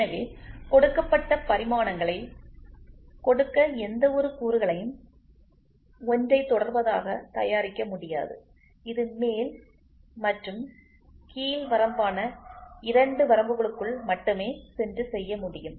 எனவே கொடுக்கப்பட்ட பரிமாணங்களைக் கொடுக்க எந்தவொரு கூறுகளையும் ஒன்றை தொடர்வதாக தயாரிக்க முடியாது இது மேல் மற்றும் கீழ் வரம்பான இரண்டு வரம்புகளுக்குள் மட்டுமே சென்று செய்ய முடியும்